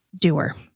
doer